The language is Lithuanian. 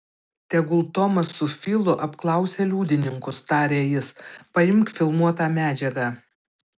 tegul tomas su filu apklausia liudininkus tarė jis paimk filmuotą medžiagą